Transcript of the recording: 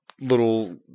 little